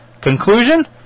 Conclusion